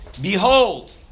behold